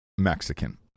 Mexican